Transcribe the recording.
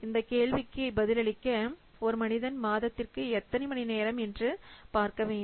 இந்த கேள்விக்கு பதில் அளிக்க ஒரு மனிதன் மாதத்திற்கு எத்தனை மணி நேரம் என்று பார்ப்போம்